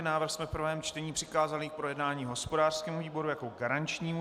Návrh jsme v prvém čtení přikázali k projednání hospodářskému výboru jako garančnímu.